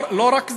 לא רק זה,